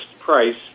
price